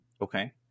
Okay